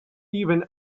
even